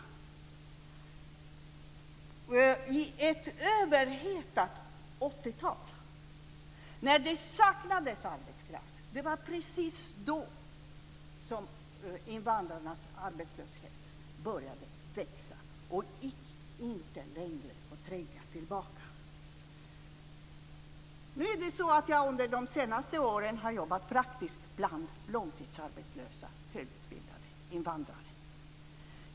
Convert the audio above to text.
Det var i ett överhettat 80-tal när det saknades arbetskraft som invandrarnas arbetslöshet började växa och inte längre gick att tränga tillbaka. Nu är det så att jag under de senaste åren har jobbat praktiskt bland långtidsarbetslösa, högutbildade invandrare.